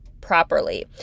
properly